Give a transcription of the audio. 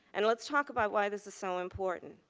and let's talk about why this is so important.